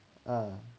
uh